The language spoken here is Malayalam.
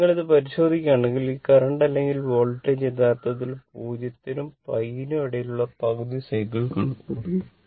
അതിനാൽ നിങ്ങൾ അത് പരിശോധിക്കുകയാണെങ്കിൽ ഈ കറന്റ് അല്ലെങ്കിൽ വോൾട്ടേജ് യഥാർത്ഥത്തിൽ 0 നും π നും ഇടയിലുള്ള പകുതി സൈക്കിൾ കണക്കുകൂട്ടുന്നു